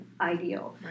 ideal